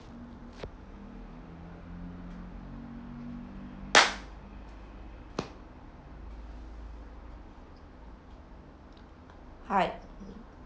hi